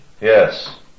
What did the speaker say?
Yes